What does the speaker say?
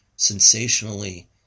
sensationally